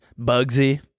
Bugsy